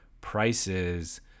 prices